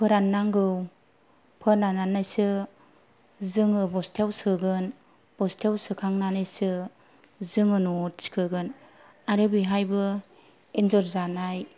फोराननांगौ फोराननानैसो जोङो बस्थायाव सोगोन बस्थायाव सोखांनानैसो जोङो न'आव थिखोगोन आरो बेहायबो एन्जर जानाय